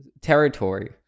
territory